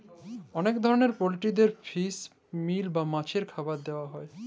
অলেক ধরলের পলটিরিদের ফিস মিল বা মাছের খাবার দিয়া হ্যয়